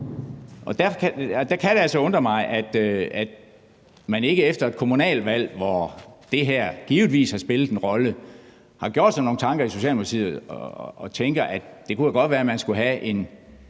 Der kan det altså undre mig, at man ikke efter et kommunalvalg, hvor det her givetvis har spillet en rolle, har gjort sig nogle tanker i Socialdemokratiet og tænkt, at det godt kunne være, at man skulle have en